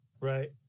right